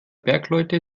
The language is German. bergleute